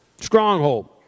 Stronghold